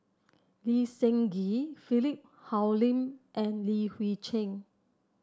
Lee Seng Gee Philip Hoalim and Li Hui Cheng